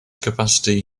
capacity